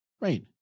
Right